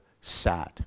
sad